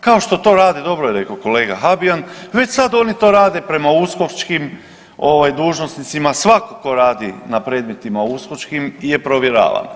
Kao što to rade, dobro je rekao kolega Habijan, već sad oni to rade prema uskočkim ovaj, dužnosnicima, svatko tko radi na predmetima uskočkim je provjeravan.